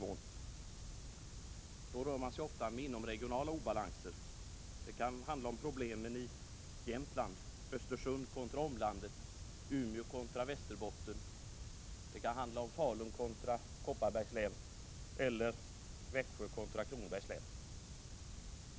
På det planet rör man sig ofta med inomregionala obalanser. Det kan handla om problemen i Jämtland, såsom Östersund kontra omlandet; Umeå kontra Västerbotten, Falun kontra Kopparbergs län eller Växjö kontra Kronobergs län.